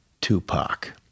Tupac